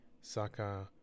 Saka